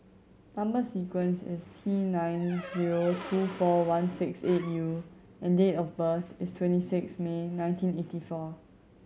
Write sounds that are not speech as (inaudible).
number sequence is T nine (noise) zero two four one six eight U and date of birth is twenty six May nineteen eighty four